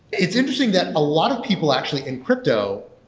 it's interesting that a lot of people actually in crypto,